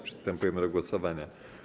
Przystępujemy do głosowania.